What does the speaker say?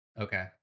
Okay